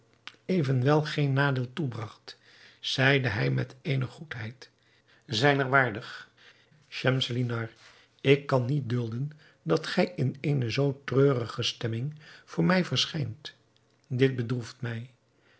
evenwel geen nadeel toebragt zeide hij met eene goedheid zijner waardig schemselnihar ik kan niet dulden dat gij in eene zoo treurige stemming voor mij verschijnt dit bedroeft mij